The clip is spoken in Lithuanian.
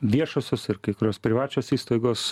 viešosios ir kai kurios privačios įstaigos